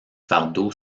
fardeau